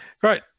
great